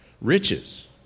Riches